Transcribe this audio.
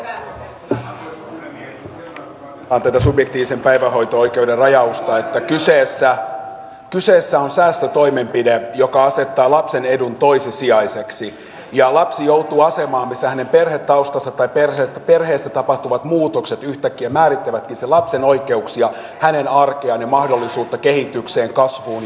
on selvää kun katsotaan tätä subjektiivisen päivähoito oikeuden rajausta että kyseessä on säästötoimenpide joka asettaa lapsen edun toissijaiseksi ja lapsi joutuu asemaan missä hänen perhetaustansa tai perheessä tapahtuvat muutokset yhtäkkiä määrittävätkin sen lapsen oikeuksia hänen arkeaan ja mahdollisuuttaan kehitykseen kasvuun ja oppiin